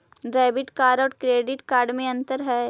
Debit card और credit card में अन्तर है?